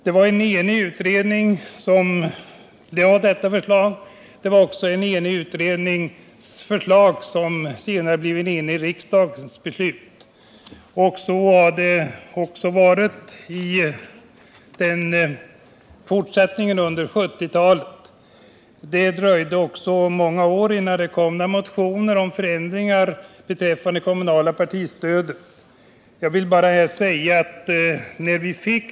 Utredningen var enig om detta förslag som senare antogs av en likaledes enig riksdag. Även under fortsättningen av 1970-talet rådde det enighet i frågan. Det dröjde också många år innan det kom några motioner om förändringar i det kommunala partistödet.